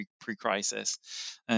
pre-crisis